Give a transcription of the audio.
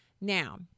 now